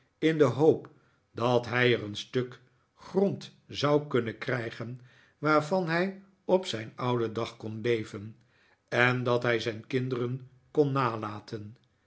in de hoop dat hij er een stuk grond zou kunnen krijgen waarvan hij op zijn ouden dag kon leven en dat hij zijn kinderen kon nalaten